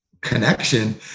connection